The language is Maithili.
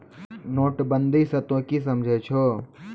नोटबंदी स तों की समझै छौ